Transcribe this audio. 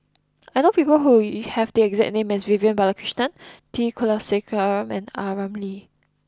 I know people who have the exact name as Vivian Balakrishnan T Kulasekaram and A Ramli